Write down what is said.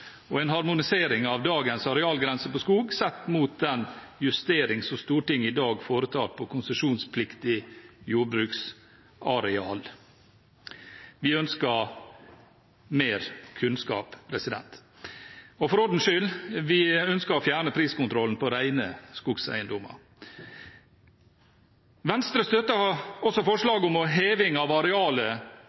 og en harmonisering av dagens arealgrense på skog sett mot den justering som Stortinget i dag foretar på konsesjonspliktig jordbruksareal. Vi ønsker mer kunnskap. Og for ordens skyld: Vi ønsker å fjerne priskontrollen på rene skogeiendommer. Venstre støtter også forslaget om heving av arealet